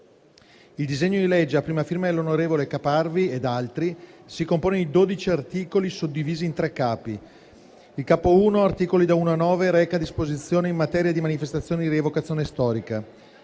Il disegno di legge, a prima firma dell'onorevole Caparvi ed altri, si compone di 12 articoli suddivisi in tre capi. Il capo I (articoli da 1 a 9) reca disposizioni in materia di manifestazioni di rievocazione storica.